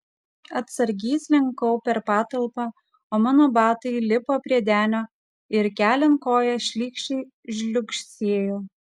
atsargiai slinkau per patalpą o mano batai lipo prie denio ir keliant koją šlykščiai žliugsėjo